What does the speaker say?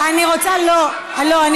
אני רוצה, לא.